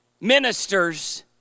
ministers